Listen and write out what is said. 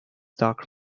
dark